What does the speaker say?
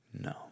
No